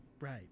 right